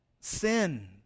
sin